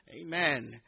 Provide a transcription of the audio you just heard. Amen